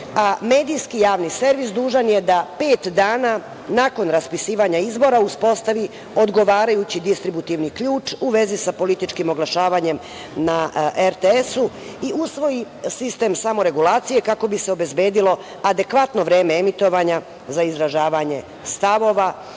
a medijski javni servis dužan je da pet dana nakon raspisivanja izbora uspostavi odgovarajući distributivni ključ u vezi sa političkim oglašavanjem na RTS i usvoji sistem samoregulacije kako bi se obezbedilo adekvatno vreme emitovanja za izražavanje stavova